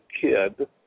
kid